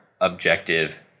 objective